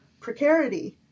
precarity